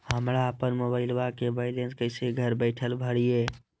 हमरा अपन मोबाइलबा के बैलेंस कैसे घर बैठल भरिए?